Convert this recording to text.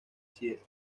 sido